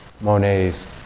Monet's